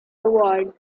award